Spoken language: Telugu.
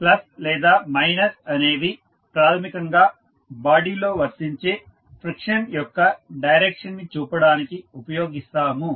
ప్లస్ లేదా మైనస్ అనేవి ప్రాథమికంగా బాడీ లో వర్తించే ఫ్రిక్షన్ యొక్క డైరెక్షన్ ని చూపడానికి ఉపయోగిస్తాము